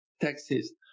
taxes